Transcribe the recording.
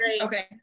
Okay